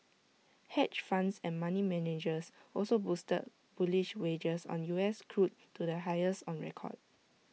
hedge funds and money managers also boosted bullish wagers on U S crude to the highest on record